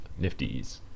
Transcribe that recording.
Nifties